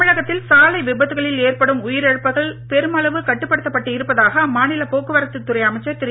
தமிழகத்தில் சாலை விபத்துகளில் ஏற்படும் உயிரிழப்புகள் பெருமளவு கட்டுப்படுத்தப்பட்டு இருப்பதாக அம்மாநில போக்குவரத்துத் துறை அமைச்சர் திரு